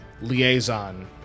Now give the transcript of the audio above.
liaison